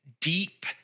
deep